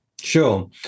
sure